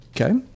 Okay